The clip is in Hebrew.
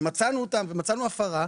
מצאנו הפרה,